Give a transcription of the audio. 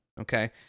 okay